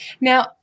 Now